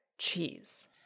cheese